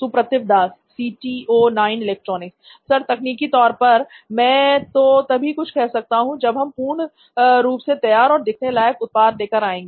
सुप्रतिव Das C T O noin electronics sir तकनीकी तौर पर मैं तो तभी कुछ कह सकता हूं जब हम पूर्ण रूप से तैयार और दिखाने लायक उत्पाद लेकर नहीं आ जाते